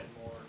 more